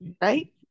Right